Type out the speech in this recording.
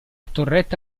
torretta